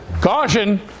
caution